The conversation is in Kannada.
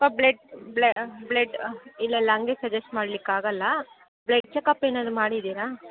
ಬ್ಲಡ್ ಬ್ಲಡ್ ಇಲ್ಲ ಇಲ್ಲ ಹಂಗೆ ಸಜೆಶ್ಟ್ ಮಾಡಲಿಕ್ಕಾಗೊಲ್ಲ ಬ್ಲಡ್ ಚಕಪ್ ಏನಾದರೂ ಮಾಡಿದ್ದೀರಾ